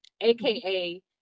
aka